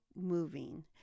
moving